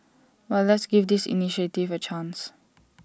but let's give this initiative A chance